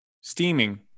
steaming